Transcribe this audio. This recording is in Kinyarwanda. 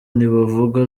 ntibavuga